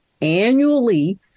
annually